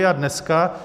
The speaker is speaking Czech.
A dneska?